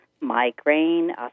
migraine